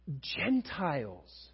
Gentiles